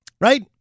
Right